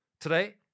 Today